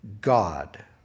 God